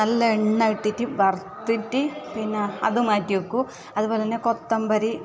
നല്ല എണ്ണ ഇട്ടിട്ട് വറത്തിട്ട് പിന്നെ അതു മാറ്റി വെക്കും അതുപോലെ തന്നെ കൊത്തമ്പര്